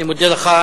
אני מודה לך.